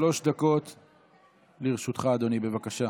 שלוש דקות לרשותך, אדוני, בבקשה.